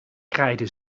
kraaide